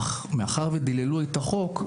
אך, מאחר ודיללו את החוק,